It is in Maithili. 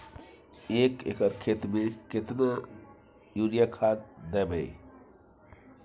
एक एकर खेत मे केतना यूरिया खाद दैबे?